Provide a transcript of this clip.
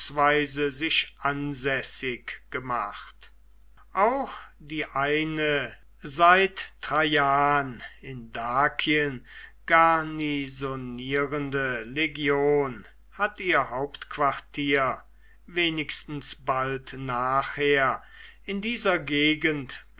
sich ansässig gemacht auch die eine seit traian in dakien garnisonierende legion hat ihr hauptquartier wenigstens bald nachher in dieser gegend